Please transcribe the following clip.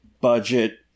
budget